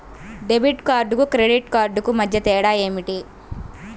Debit కార్డుకు credit కార్డుకు మధ్య తేడా ఏమిటీ?